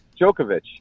Djokovic